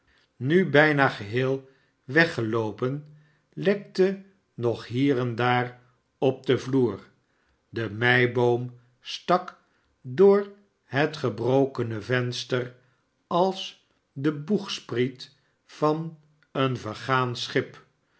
nu bijna geheelweggeloopen lekte nog hier en daar op den vloer de meiboom stak door het gebrokene venster als de boegspriet van een vergaan schip